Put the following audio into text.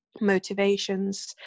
motivations